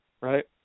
right